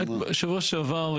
שבוע שעבר,